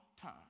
time